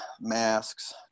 masks